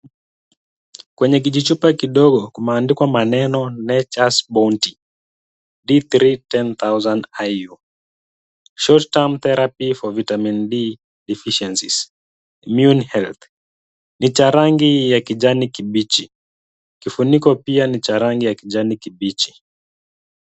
Kwenye kijichupa kidogo kumeandikwa maneno letchers bonty d310000 i u short term therapy for vitamin d deficiencies immune health, ni cha rangi ya kijani kibichi. Kifuniko pia ni cha rangi ya kijani kibichi.